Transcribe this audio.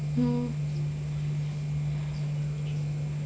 mm